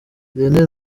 lionel